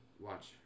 Watch